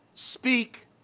Speak